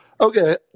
Okay